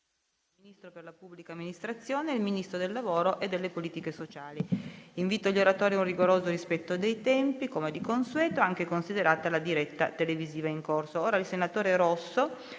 il Ministro per la pubblica amministrazione e il Ministro del lavoro e delle politiche sociali. Invito gli oratori ad un rigoroso rispetto dei tempi, considerata la diretta televisiva in corso.